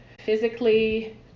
Physically